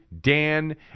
Dan